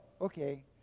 okay